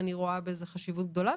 אני רואה בזה חשיבות גדולה,